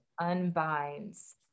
unbinds